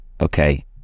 okay